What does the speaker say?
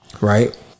Right